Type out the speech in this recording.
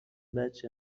بچه